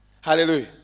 Hallelujah